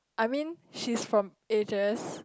I mean she's from ages